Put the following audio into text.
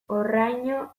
horraino